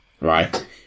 right